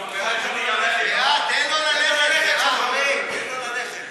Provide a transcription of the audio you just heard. המכרזים (תיקון מס' 25),